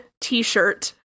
T-shirt